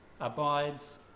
abides